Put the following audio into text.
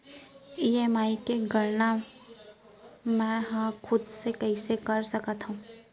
EMI के गड़ना मैं हा खुद से कइसे कर सकत हव?